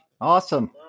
Awesome